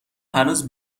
هنوز